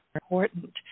important